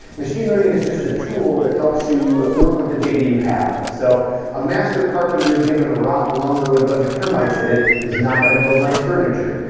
machine learning is just a tool that helps you work with the data you have so a master carpenter given rotten lumber with a bunch of termites in it is not going to build nice furniture,